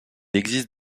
existe